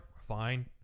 fine